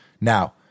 Now